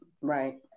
right